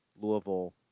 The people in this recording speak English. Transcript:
Louisville